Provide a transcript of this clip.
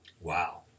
Wow